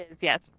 Yes